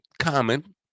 common